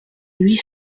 huit